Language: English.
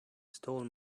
stole